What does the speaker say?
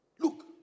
Look